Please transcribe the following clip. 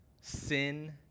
sin